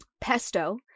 pesto